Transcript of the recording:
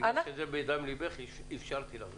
אבל את אומרת את זה מדם לבך ולכן אפשרתי לך.